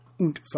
und